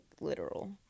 literal